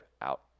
out